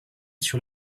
sur